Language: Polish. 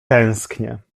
tęsknie